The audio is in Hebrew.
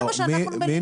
זה מה שאנחנו מלינים.